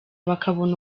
bakabona